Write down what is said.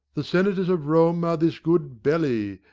the senators of rome are this good belly,